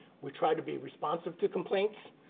we tried to be responsive to complaints,